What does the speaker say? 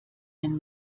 den